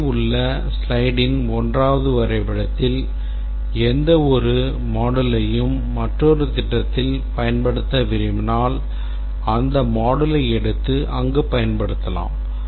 மேலே உள்ள ஸ்லைட்டின் 1வது வரைபடத்தில் எந்தவொரு moduleயையும் மற்றொரு திட்டத்தில் பயன்படுத்த விரும்பினால் அந்த moduleயை எடுத்து அங்கு பயன்படுத்தலாம்